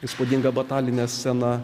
įspūdinga batalinė scena